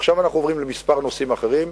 עכשיו אנחנו עוברים לכמה נושאים אחרים.